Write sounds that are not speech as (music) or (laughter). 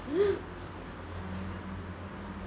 (breath)